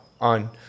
on